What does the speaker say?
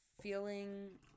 feeling